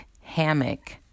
hammock